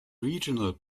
regional